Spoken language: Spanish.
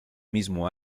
mismo